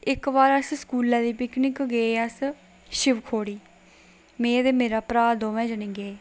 ते इक बार अस स्कूलै दी पिकनिक गे अस शिवखोड़ी में ते मेरा भ्रा द'में जने गे